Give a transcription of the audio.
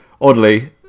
oddly